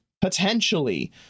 potentially